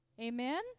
Amen